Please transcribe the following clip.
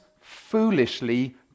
foolishly